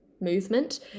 movement